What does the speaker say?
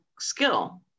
skill